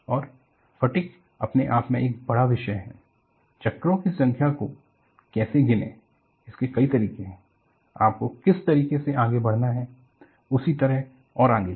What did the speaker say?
और फटिग अपने आप में एक बड़ा विषय है चक्रों की संख्या को कैसे गिनें इसके कई तरीके है आपको किस तरीके से आगे बढ़ना है उसी तरह और आगे भी